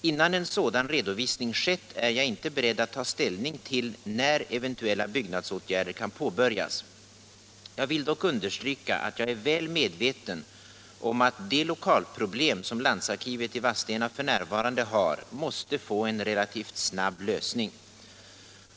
Innan en sådan redovisning skett är jag inte beredd att ta ställning till när eventuella byggnadsåtgärder kan påbörjas. Jag vill dock understryka att jag är väl medveten om att de lokalproblem som landsarkivet i Vadstena f. n. har måste få en relativt snar lösning.